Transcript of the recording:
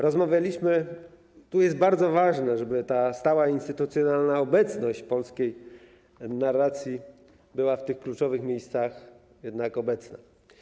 Rozmawialiśmy o tym, jest bardzo ważne, żeby stała instytucjonalna obecność polskiej narracji była w tych kluczowych miejscach obecna.